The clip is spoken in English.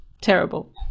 terrible